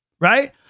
right